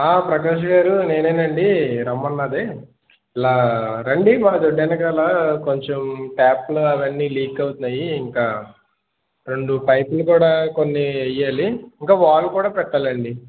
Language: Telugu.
ప్రకాష్ గారు నేనేనండి రమ్మన్నాది ఇలా రండి మా దొడ్డి వెనకాల కొంచెం ట్యాప్లు అవన్నీ లీక్ అవుతున్నాయి ఇంకా రెండు పైపులు కూడా కొన్ని వెయ్యాలి ఇంకా వాలు కూడా పెట్టాలండి